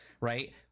right